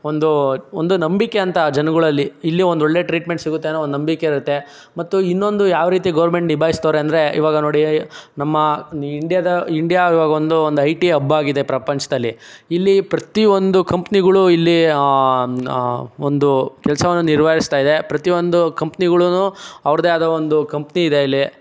ಒಂದು ಒಂದು ನಂಬಿಕೆ ಅಂತ ಆ ಜನಗಳಲ್ಲಿ ಇಲ್ಲಿ ಒಂದು ಒಳ್ಳೆ ಟ್ರೀಟ್ಮೆಂಟ್ ಸಿಗುತ್ತೆ ಅನ್ನೊ ಒಂದು ನಂಬಿಕೆ ಇರುತ್ತೆ ಮತ್ತು ಇನ್ನೊಂದು ಯಾವ ರೀತಿ ಗೌರ್ಮೆಂಟ್ ನಿಭಾಯಿಸ್ತವ್ರೆ ಅಂದರೆ ಈವಾಗ ನೋಡಿ ನಮ್ಮ ನಿ ಇಂಡಿಯಾದ ಇಂಡಿಯಾ ಈವಾಗ ಒಂದು ಒಂದು ಐ ಟಿ ಹಬ್ ಆಗಿದೆ ಪ್ರಪಂಚದಲ್ಲಿ ಇಲ್ಲಿ ಪ್ರತಿಯೊಂದು ಕಂಪ್ನಿಗಳು ಇಲ್ಲಿ ಒಂದು ಕೆಲಸವನ್ನ ನಿರ್ವಹಿಸ್ತಾಯಿದೆ ಪ್ರತಿಯೊಂದು ಕಂಪ್ನಿಗಳೂ ಅವ್ರದ್ದೇ ಆದ ಒಂದು ಕಂಪ್ನಿ ಇದೆ ಇಲ್ಲಿ